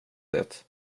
det